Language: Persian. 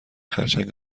خرچنگ